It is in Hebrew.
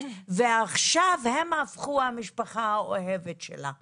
ועכשיו הם הפכו המשפחה האוהבת שלה.